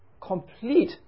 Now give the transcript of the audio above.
complete